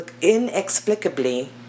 inexplicably